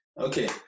Okay